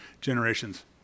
generations